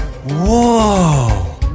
Whoa